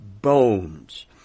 bones